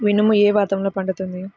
మినుము ఏ వాతావరణంలో పండుతుంది?